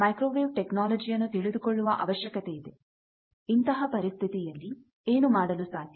ಅಲ್ಲಿ ಮೈಕ್ರೋವೇವ್ ಟೆಕ್ನಾಲಜಿಯನ್ನು ತಿಳಿದುಕೊಳ್ಳುವ ಅವಶ್ಯಕತೆ ಇದೆ ಇಂತಹ ಪರಿಸ್ಥಿತಿಯಲ್ಲಿ ಏನು ಮಾಡಲು ಸಾಧ್ಯ